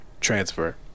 transfer